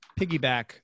piggyback